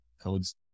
codes